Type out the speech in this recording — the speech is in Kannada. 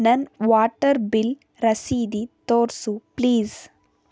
ನನ್ನ ವಾಟರ್ ಬಿಲ್ ರಸೀದಿ ತೋರಿಸು ಪ್ಲೀಸ್